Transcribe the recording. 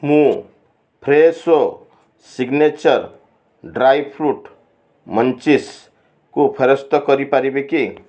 ମୁଁ Fresho signature dry fruit ମଞ୍ଚିସ୍କୁ ଫେରସ୍ତ କରିପାରିବି କି